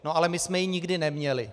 Ale my jsme ji nikdy neměli.